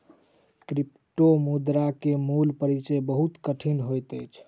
क्रिप्टोमुद्रा के मूल परिचय बहुत कठिन होइत अछि